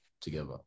together